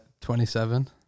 27